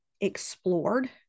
explored